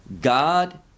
God